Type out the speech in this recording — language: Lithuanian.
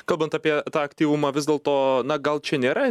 kalbant apie tą aktyvumą vis dėlto na gal čia nėra